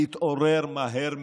תתעורר מהר מאוד.